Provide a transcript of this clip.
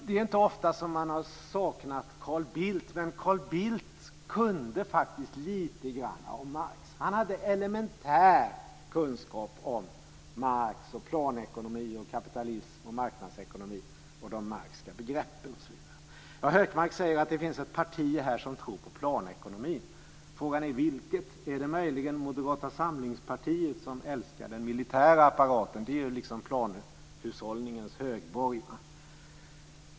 Det är inte ofta som man har saknat Carl Bildt. Men Carl Bildt kunde lite grann om Marx. Han hade elementär kunskap om Marx, planekonomi, kapitalism, marknadsekonomi och de marxska begreppen. Hökmark säger att det finns ett parti som tror på planekonomi. Frågan är vilket. Är det möjligen Moderata samlingspartiet som älskar den militära apparaten? Det är planhushållningens högborg.